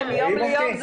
אני לא מקבל לחלוטין את